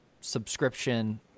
subscription